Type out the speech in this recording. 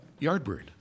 Yardbird